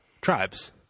tribes